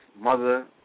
mother